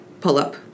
pull-up